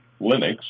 Linux